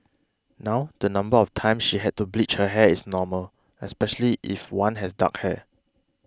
now the number of times she had to bleach her hair is normal especially if one has dark hair